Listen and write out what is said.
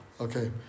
Okay